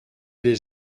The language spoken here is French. les